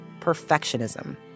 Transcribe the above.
perfectionism